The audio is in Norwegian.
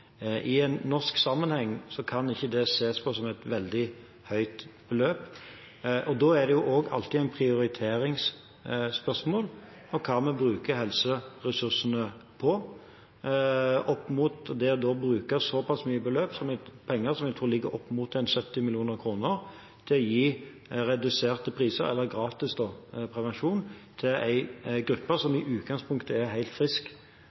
I en norsk sammenheng kan ikke det ses på som et veldig høyt beløp, og da er det jo alltid et prioriteringsspørsmål om hva vi skal bruke helseressursene på. Her er det snakk om å bruke såpass mye penger – opp mot 70 mill. kr, tror jeg – på å gi gratis prevensjon til en gruppe som i utgangspunktet er helt frisk